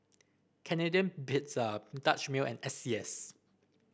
Canadian Pizza Dutch Mill and S C S